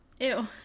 Ew